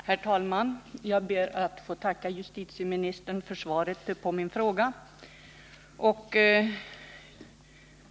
Herr talman! Jag ber att få tacka justitieministern för svaret på min fråga.